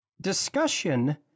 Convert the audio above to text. discussion